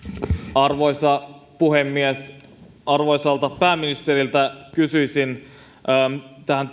arvoisa puhemies arvoisalta pääministeriltä kysyisin tähän